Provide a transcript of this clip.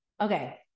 Okay